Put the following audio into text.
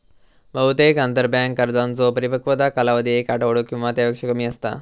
बहुतेक आंतरबँक कर्जांचो परिपक्वता कालावधी एक आठवडो किंवा त्यापेक्षा कमी असता